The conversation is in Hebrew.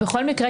בכל מקרה,